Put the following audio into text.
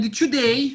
today